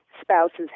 spouses